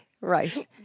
Right